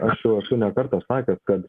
aš jau esu ne kartą sakęs kad